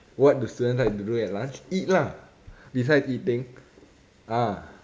what do students like to do at lunch eat lah beside eating ah